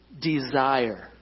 desire